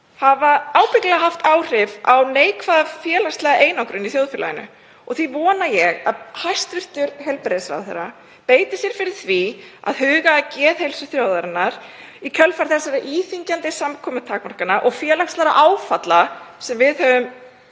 hafa ábyggilega haft áhrif á neikvæða félagslega einangrun í þjóðfélaginu. Því vona ég að hæstv. heilbrigðisráðherra beiti sér fyrir því að huga að geðheilsu þjóðarinnar í kjölfar íþyngjandi samkomutakmarkana og félagslegra áfalla sem við höfum